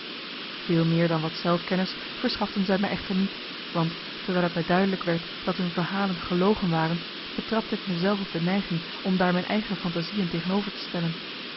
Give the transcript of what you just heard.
veel meer dan wat zelf kennis verschaften zij me echter niet want terwijl het me duidelijk werd dat hun verhalen gelogen waren betrapte ik me zelf op de neiging om daar mijn eigen fantasieën tegenover te stellen